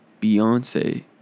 Beyonce